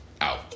out